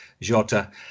Jota